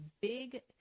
big